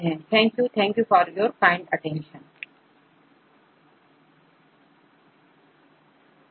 Thank you for your kind attention thank you